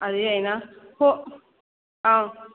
ꯑꯗꯨꯒꯤ ꯑꯩꯅ ꯍꯣꯏ ꯑꯥꯎ